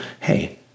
hey